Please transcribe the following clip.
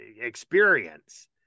experience